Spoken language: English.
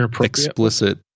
explicit